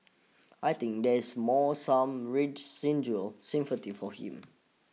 I think there is more some residual sympathy for him